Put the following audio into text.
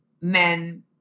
men